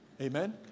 Amen